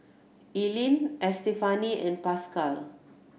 Eileen Estefany and Pascal